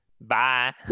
Bye